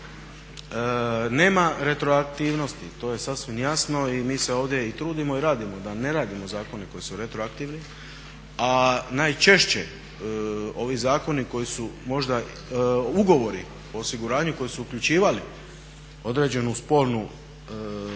nema retroaktivnosti to je sasvim jasno i mi se ovdje i trudimo i radimo da ne radimo zakone koji su retroaktivni a najčešće ovi zakoni koji su možda, ugovori o osiguranju koji su uključivali određenu spolnu nejednakost